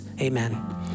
amen